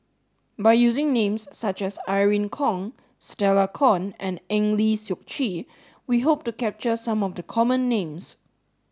by using names such as Irene Khong Stella Kon and Eng Lee Seok Chee we hope to capture some of the common names